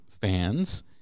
fans